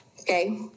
Okay